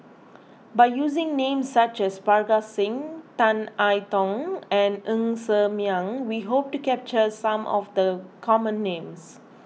by using names such as Parga Singh Tan I Tong and Ng Ser Miang we hope to capture some of the common names